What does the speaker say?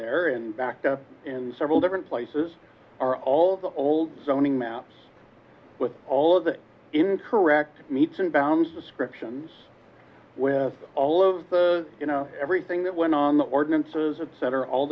there and back in several different places are all the old zoning maps with all of the incorrect meats and bounds descriptions with all of you know everything that went on the ordinances upsetter all